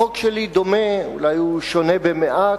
החוק שלי דומה, אולי הוא שונה מעט.